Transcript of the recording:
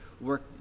work